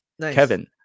Kevin